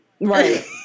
right